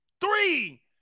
Three